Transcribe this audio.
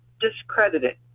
discredited